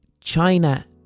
China